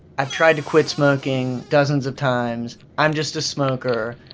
i've tried to quit smoking dozens of times. i'm just a smoker.